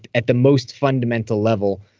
at the most fundamental level,